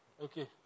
Okay